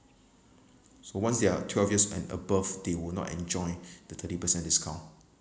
so once they're twelve years and above they would not enjoy the thirty percent discount